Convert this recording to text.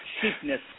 cheapness